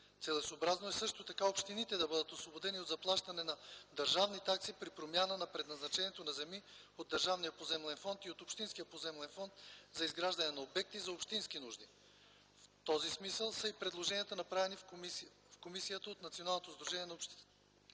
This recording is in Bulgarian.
Целесъобразно е също така общините да бъдат освободени от заплащане на държавни такси при промяна на предназначението на земи от Държавния поземлен фонд и от Общинския поземлен фонд за изграждане на обекти за общински нужди. В този смисъл са и предложенията, направени в комисията от Националното сдружение на общините